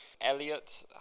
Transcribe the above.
Elliot